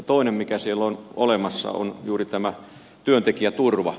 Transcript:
toinen mikä siellä on olemassa on juuri tämä työntekijäturva